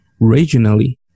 regionally